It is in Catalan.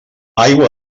aigua